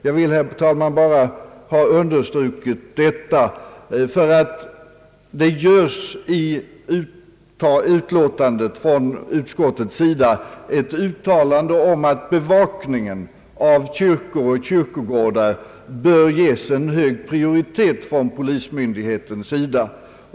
Jag vill, herr talman, vidare ha understruket att det i utskottsutlåtandet gjorts ett uttalande om att bevakningen av kyrkor och kyrkogårdar bör ges en hög prioritet från polismyndigheternas sida.